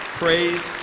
praise